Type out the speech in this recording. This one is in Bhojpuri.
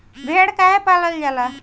भेड़ काहे पालल जाला?